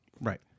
Right